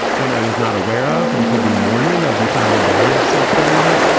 when i was not aware of until the morning of the final day of said sporting event,